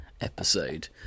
episode